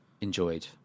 enjoyed